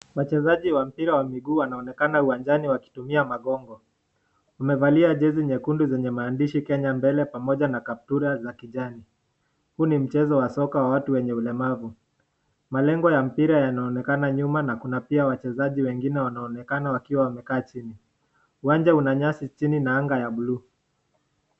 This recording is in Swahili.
wachezaji wa mpira wa miguu wanaonekana uwanjani wakitumia magongo. Wamevalia jezi nyekundu lenye maandishi Kenya mbele pamoja na kaptura za kijani. Huu ni mchezo wa soka wa watu walemavu. Malengo ya mpira yanaonekana nyuma na pia wachezaji wengine wanaonekana wamekaa chini. Uwanja una nyasi chini na anga ya (cs)blue(cs).